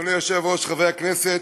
אדוני היושב-ראש, חברי הכנסת,